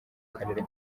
karere